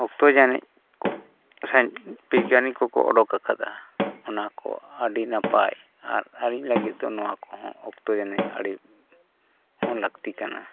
ᱚᱠᱛᱚ ᱡᱟᱹᱱᱤᱡ ᱥᱟᱺᱦᱤᱡ ᱵᱤᱜᱽᱜᱟᱱᱤ ᱠᱚᱠᱚ ᱚᱰᱚᱠ ᱟᱠᱟᱫᱟ ᱚᱱᱟ ᱠᱚ ᱟᱹᱰᱤ ᱱᱟᱯᱟᱭ ᱟᱨ ᱟᱹᱨᱤ ᱞᱟᱹᱜᱤᱫ ᱫᱚ ᱱᱚᱣᱟ ᱠᱚᱦᱚᱸ ᱚᱠᱛᱚ ᱡᱟᱹᱱᱤᱡ ᱟᱹᱰᱤ ᱦᱚᱸ ᱞᱟᱹᱠᱛᱤ ᱠᱟᱱᱟ